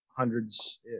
hundreds